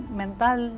mental